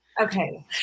okay